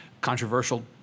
controversial